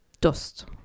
dust